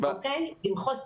במחוז צפון.